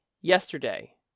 yesterday